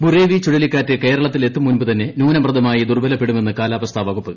ബുറേവി ചുഴലിക്കാറ്റ് കേരളത്തിലെത്തും മുൻപ് തന്നെ ന്യൂനമർദ്ദമായി ദുർബലപ്പെടുമെന്ന് കാലാവസ്ഥാ വകുപ്പ്